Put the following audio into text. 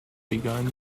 begun